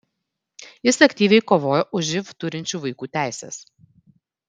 jis aktyviai kovojo už živ turinčių vaikų teises